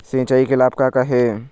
सिचाई के लाभ का का हे?